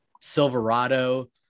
Silverado